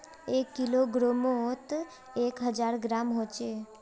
एक किलोग्रमोत एक हजार ग्राम होचे